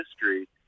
history